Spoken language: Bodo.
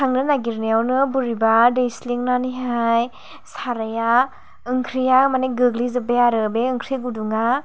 खांनो नागिरनायावनो बोरैबा दैस्लिंनानैहाय साराया ओंख्रिया माने गोग्लैजोब्बाय आरो बे ओंख्रि गुदुङा